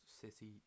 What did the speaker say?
City